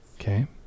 Okay